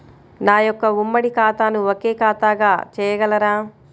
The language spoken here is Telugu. నా యొక్క ఉమ్మడి ఖాతాను ఒకే ఖాతాగా చేయగలరా?